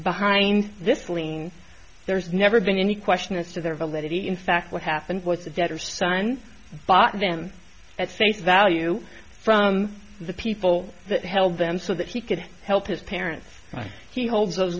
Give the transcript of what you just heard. behind this lien there's never been any question as to their validity in fact what happened was the debtor son bought them at face value from the people that held them so that he could help his parents he holds those